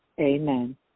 Amen